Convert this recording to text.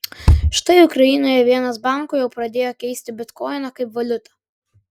štai ukrainoje vienas bankų jau pradėjo keisti bitkoiną kaip valiutą